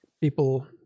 people